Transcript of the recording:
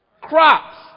Crops